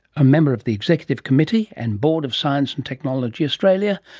a member of the executive committee and board of science and technology australia,